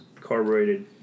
carbureted